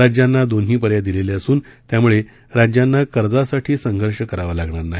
राज्यांना दोन्ही पर्याय दिले असून त्याम्ळे राज्यांना कर्जासाठी संघर्ष करावा लागणार नाही